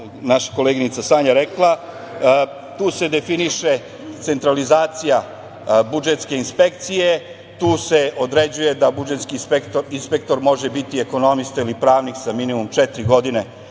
naša koleginica Sanja rekla, tu se definiše centralizacija budžetske inspekcije, tu se određuje da budžetski inspektor može biti ekonomista ili pravnik sa minimum četiri godine